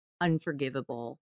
unforgivable